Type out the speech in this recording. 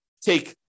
take